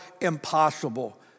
impossible